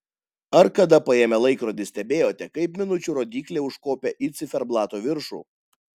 ar kada paėmę laikrodį stebėjote kaip minučių rodyklė užkopia į ciferblato viršų